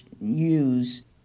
use